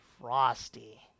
frosty